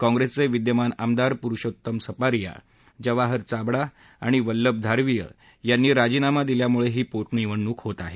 काँग्रसेचे विद्यमान आमदार परषोत्तम सपारिया जवाहर चाबडा आणि वल्लभ धाखीय यांनी राजीनामा दिल्यामुळे ही पोटनिवडणूक होत आहे